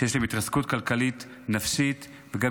שיש להם התרסקות כלכלית ונפשית וגם